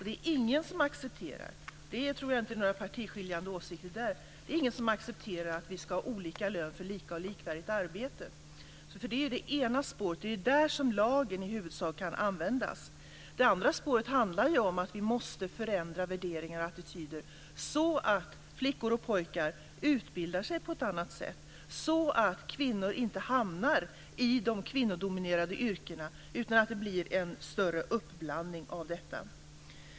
Det är ingen som accepterar - där tror jag inte att det finns några partiskiljande åsikter - att vi ska ha olika lön för lika och likvärdigt arbete. Det är det ena spåret. Det är där som lagen i huvudsak kan användas. Det andra spåret handlar om att vi måste förändra värderingar och attityder så att flickor och pojkar utbildar sig på ett annat sätt så att kvinnor inte hamnar i de kvinnodominerade yrkena, utan att det blir en större uppblandning av detta.